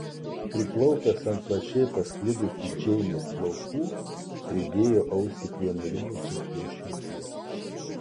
priklaupęs ant plačiai pasklidusių džeinės plaukų pridėjo ausį prie nurimusios jos širdies